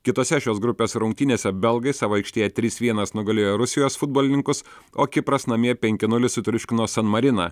kitose šios grupės rungtynėse belgai savo aikštėje trys vienas nugalėjo rusijos futbolininkus o kipras namie penki nulis sutriuškino san mariną